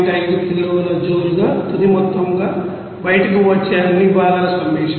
5 కిలోల జౌల్గా తుది మొత్తంగా బయటకు వచ్చే అన్ని భాగాల సమ్మషన్